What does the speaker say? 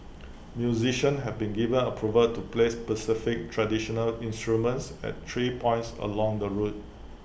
musicians have been given approval to play specified traditional instruments at three points along the route